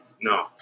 No